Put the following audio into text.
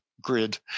grid